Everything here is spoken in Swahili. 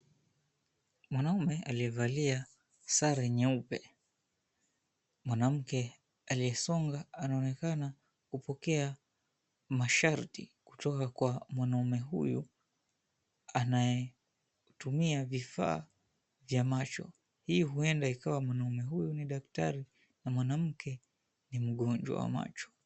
Mwanaume aliyevalia sare nyeupe. Mwanamke aliyesonga, anaonekana kupokea masharti kutoka kwa mwanaume huyu, anayetumia vifaa vya macho. Hii huenda ikawa mwanaume huyu ni daktari na mwanamke ni mgonjwa wa macho.